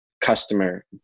customer